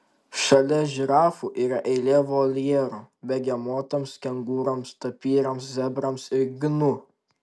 šalia žirafų yra eilė voljerų begemotams kengūroms tapyrams zebrams ir gnu